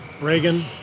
Reagan